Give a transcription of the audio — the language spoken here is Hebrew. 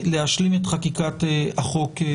להשלים את חקיקת החוק השבוע.